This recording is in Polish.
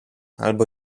albo